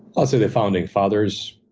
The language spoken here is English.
ah say the founding fathers.